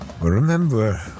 Remember